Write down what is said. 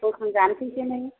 बोखांजानोसैसो नै